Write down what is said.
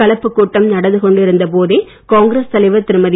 கலப்புக் கூட்டம் நடந்து கொண்டிருந்த போதே காங்கிரஸ் தலைவர் திருமதி